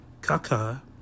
Kaka